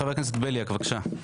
חבר הכנסת בליאק, בבקשה.